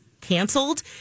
canceled